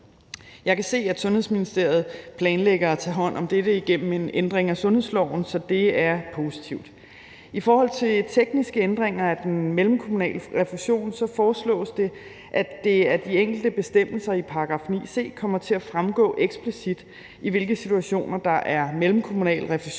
Jeg kan se, at Sundhedsministeriet planlægger at tage hånd om dette igennem en ændring af sundhedsloven, så det er positivt. I forhold til de tekniske ændringer af den mellemkommunale refusion foreslås det, at det af de enkelte bestemmelser i § 9 c kommer til at fremgå eksplicit, i hvilke situationer der er mellemkommunal refusion